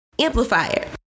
amplifier